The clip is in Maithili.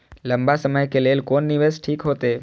लंबा समय के लेल कोन निवेश ठीक होते?